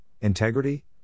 integrity